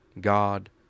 God